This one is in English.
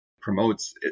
promotes